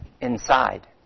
inside